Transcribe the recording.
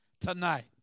tonight